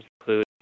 include